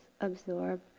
absorb